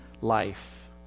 life